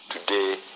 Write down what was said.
today